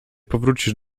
powrócisz